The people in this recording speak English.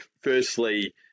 firstly